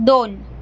दोन